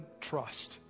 trust